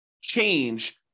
change